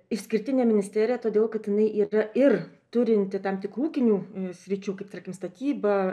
išskirtinė ministerija todėl kad jinai yra ir turinti tam tikrų ūkinių sričių kaip tarkim statyba